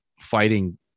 fighting